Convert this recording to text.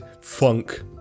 funk